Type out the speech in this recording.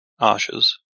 ashes